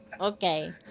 Okay